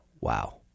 wow